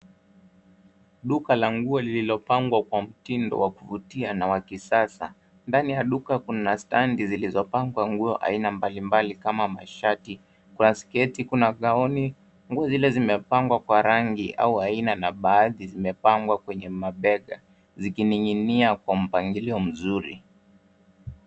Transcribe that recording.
Duka la nguo lililopangwa kwa mtindo wa kuvutia na wa kisasa ndani ya duka kuna standi zilizopangwa nguo za aina mbalimbali kama mashati kuna sketi kuna gowni nguo zile zimepangwa kwa rangi au aina na baadhi zimepangwa kwenye mabega zikininginia kwa mpangilio mzuri.